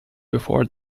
before